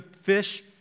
fish